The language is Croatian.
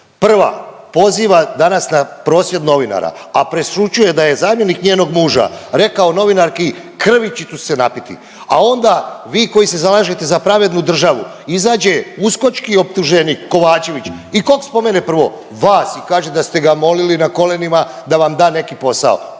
Prva poziva danas na prosvjed novinara, a prešućuje da je zamjenik njenog muža rekao novinarki krvi ću ti se napiti, a onda vi koji se zalažete za pravednu državu izađe uskočki optuženik Kovačević i kog spomene prvo? Vas i kaže da ste ga molili na kolenima da vam da neki posao.